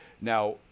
Now